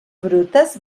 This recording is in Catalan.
brutes